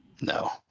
No